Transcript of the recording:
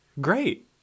great